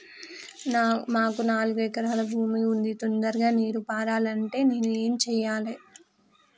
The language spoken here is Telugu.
మాకు నాలుగు ఎకరాల భూమి ఉంది, తొందరగా నీరు పారాలంటే నేను ఏం చెయ్యాలే?